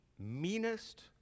meanest